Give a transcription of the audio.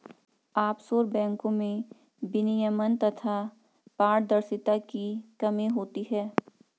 offshore बैंको में विनियमन तथा पारदर्शिता की कमी होती है